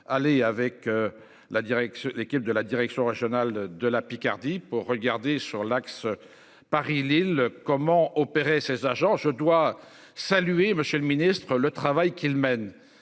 direction, l'équipe de la direction régionale de la Picardie pour regarder sur l'axe Paris-Lille comment opérer ces agents je dois saluer monsieur le Ministre, le travail qu'il mène.